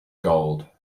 gold